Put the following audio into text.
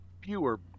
fewer